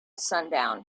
sundown